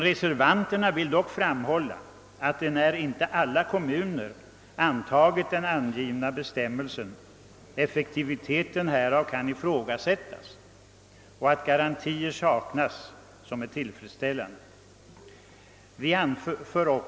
Reservanterna har emellertid framhållit att eftersom inte alla kommuner har antagit bestämmelsen kan effektiviteten ifrågasättas samt att tillfredsställande garantier saknas för att den kommunala upphandlingen sker under tillräckligt konkurrensbefrämjande former.